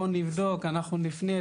בוא נבדוק ואנחנו נפנה.